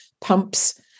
pumps